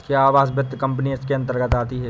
क्या आवास वित्त कंपनी इसके अन्तर्गत आती है?